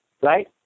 right